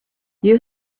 you